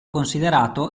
considerato